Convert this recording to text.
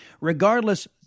Regardless